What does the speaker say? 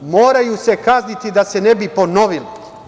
Moraju se kazniti da se ne bi ponovili.